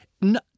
No